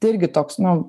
tai irgi toks nu